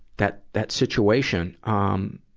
that, that situation. ah um